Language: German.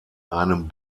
einem